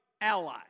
ally